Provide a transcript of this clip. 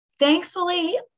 Thankfully